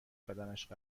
بدنش